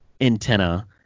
antenna